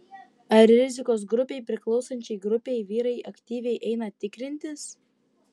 ar rizikos grupei priklausančiai grupei vyrai aktyviai eina tikrintis